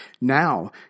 Now